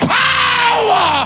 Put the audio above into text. power